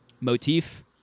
motif